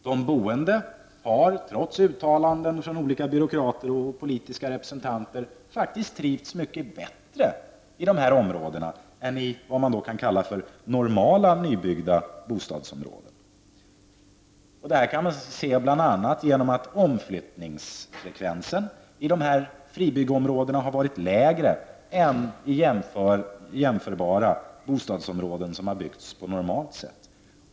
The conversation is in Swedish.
De boende har, trots uttalanden från olika byråkrater och politiska representanter, faktiskt trivts mycket bättre i dessa områden än i vad man kan kalla normala nybyggda bostadsområden. Bl.a. har omflyttningsfrekvensen i dessa fribyggeområden varit lägre än i jämförbara bostadsområden som har byggts på normalt sätt.